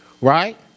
right